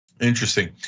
Interesting